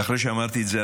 ואחרי שאמרתי את זה,